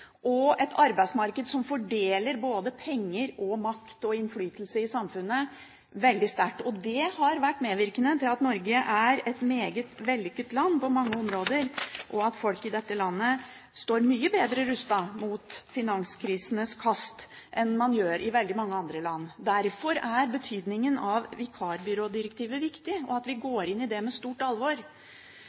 og et arbeidsmarked som fordeler både penger, makt og innflytelse i samfunnet veldig sterkt. Det har vært medvirkende til at Norge er et meget vellykket land på mange områder, og at folk i dette landet står mye bedre rustet mot finanskrisenes kast enn man gjør i veldig mange andre land. Derfor er betydningen av vikarbyrådirektivet viktig, og det er viktig at vi går inn i det med stort alvor.